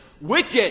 wicked